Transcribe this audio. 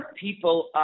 people